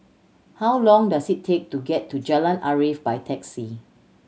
how long does it take to get to Jalan Arif by taxi